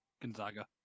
Gonzaga